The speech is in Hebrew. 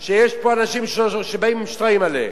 שיש כאן אנשים שבאים עם שטריימל.